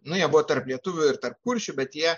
nu jie buvo tarp lietuvių ir tarp kuršių bet jie